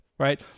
Right